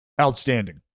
outstanding